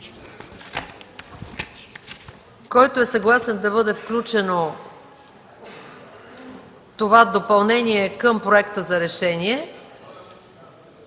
Който е съгласен да бъде включено това допълнение към проекта за решение,